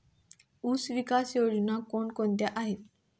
ऊसविकास योजना कोण कोणत्या आहेत?